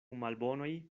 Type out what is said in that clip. malbonoj